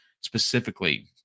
specifically